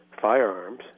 firearms